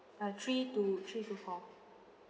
uh three to three to four